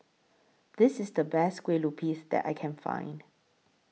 This IS The Best Kue Lupis that I Can Find